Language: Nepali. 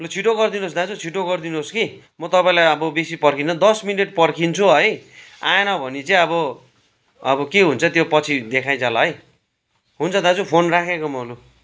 लु छिटो गरिदिनुहोस् दाजु छिटो गरिदिनुहोसु कि म तपाईँलाई अब बेसी पर्खिन्नँ दस मिनेट पर्खिन्छु है आएन भने चाहिँ अब अब के हुन्छ त्यो पछि देखाइजाला है हुन्छ दाजु फोन राखेको म लु